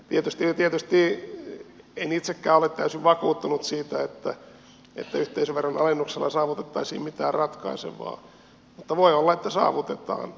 tietysti en itsekään ole täysin vakuuttunut siitä että yhteisöveron alennuksella saavutettaisiin mitään ratkaisevaa mutta voi olla että saavutetaan